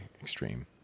extreme